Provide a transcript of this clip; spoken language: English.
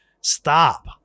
stop